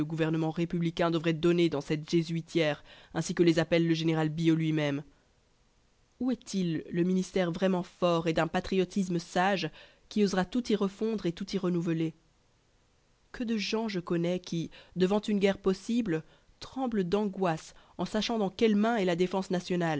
gouvernement républicain devrait donner dans cette jésuitière ainsi que les appelle le général billot lui-même où est-il le ministère vraiment fort et d'un patriotisme sage qui osera tout y refondre et tout y renouveler que de gens je connais qui devant une guerre possible tremblent d'angoisse en sachant dans quelles mains est la défense nationale